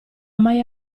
mai